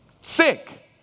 sick